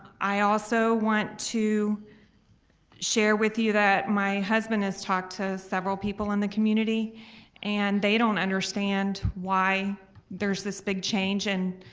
i also want to share with you that my husband has talked to several people in the community and they don't understand why there's this big change. and